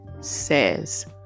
says